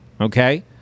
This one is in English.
Okay